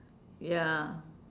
ya